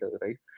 right